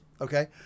Okay